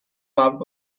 barbed